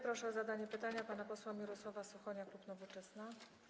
Proszę o zadanie pytania pana posła Mirosława Suchonia, klub Nowoczesna.